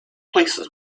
places